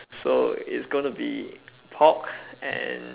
so it's going to be pork and